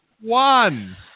one